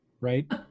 right